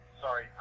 Sorry